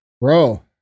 bro